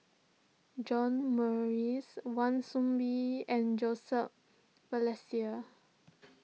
John Morrice Wan Soon Bee and Joseph Balestier